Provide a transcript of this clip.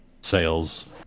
sales